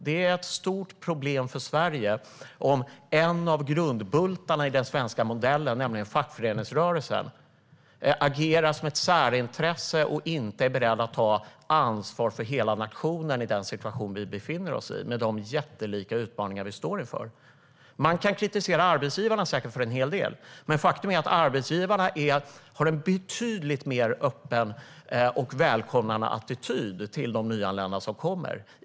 Det är ett stort problem för Sverige om en av grundbultarna i den svenska modellen, nämligen fackföreningsrörelsen, agerar som ett särintresse och inte är beredd att ta ansvar för hela nationen i den situation vi befinner oss i med de jättelika utmaningar vi står inför. Man kan säkert kritisera arbetsgivarna för en hel del. Men faktum är att arbetsgivarna har en betydligt mer öppen och välkomnande attityd till de nyanlända.